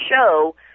show